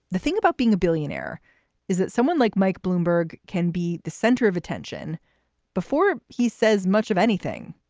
the thing about being a billionaire is that someone like mike bloomberg can be the center of attention before he says much of anything.